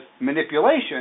manipulation